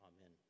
Amen